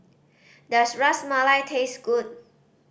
does Ras Malai taste good